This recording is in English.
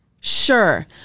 Sure